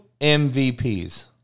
MVPs